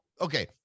okay